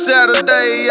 Saturday